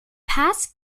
pass